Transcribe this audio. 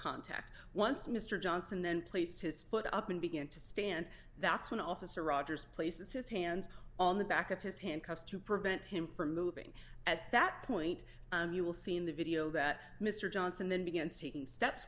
contact once mr johnson then placed his foot up and began to stand that's when officer rogers places his hands on the back of his handcuffs to prevent him from moving at that point you will see in the video that mr johnson then begins taking steps